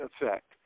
effect